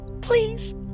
Please